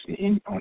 on